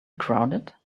crowded